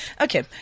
Okay